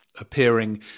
appearing